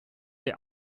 der